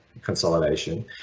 consolidation